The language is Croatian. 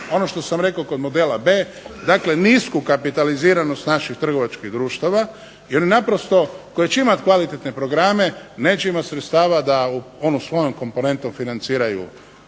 Ono što sam rekao kod modela B, dakle nisku kapitaliziranost naših trgovačkih društva jer naprosto koji će imati kvalitetne programe neće imati sredstva da oni svojom komponentom financiraju